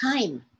time